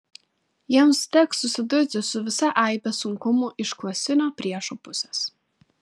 jiems teks susidurti su visa aibe sunkumų iš klasinio priešo pusės